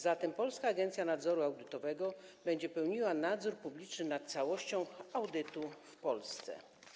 Zatem Polska Agencja Nadzoru Audytowego będzie pełniła nadzór publiczny nad całością audytu w Polsce.